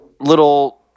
little